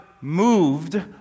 moved